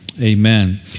Amen